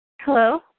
Hello